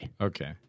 Okay